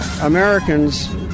Americans